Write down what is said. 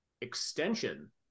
extension